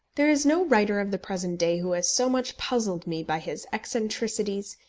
there is no writer of the present day who has so much puzzled me by his eccentricities,